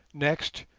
next,